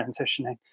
transitioning